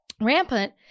rampant